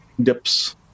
dips